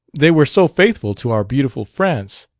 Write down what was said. they were so faithful to our beautiful france!